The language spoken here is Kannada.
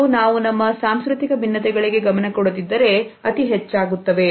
ಇದು ನಾವು ನಮ್ಮ ಸಾಂಸ್ಕೃತಿಕ ಭಿನ್ನತೆಗಳಿಗೆ ಗಮನ ಕೊಡದಿದ್ದರೆ ಅತಿ ಹೆಚ್ಚಾಗುತ್ತವೆ